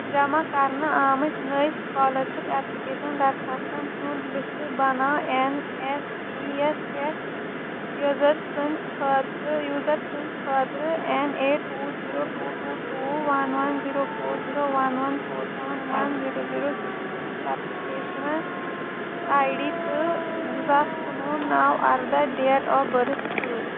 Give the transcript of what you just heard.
جَمع کَرنہٕ آمٕتۍ نٔوۍ سٕکالَر شِپ اٮ۪پلِکیشَن دَرخاسَن ہُنٛد لِسٹ بَناو اٮ۪ن اٮ۪س پی یَس پٮ۪ٹھ یوٗزَر سٕنٛدۍ خٲطرٕ یوٗزَر سٕنٛدۍ خٲطرٕ N A two zero two two two one one zero four zero one one four seven one zero zero six six application I D تہٕ زٕ ساس کُنہٕ وُہ نَو اَردَہ ڈیٹ آف بٔرٕتھ سۭتۍ